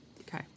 Okay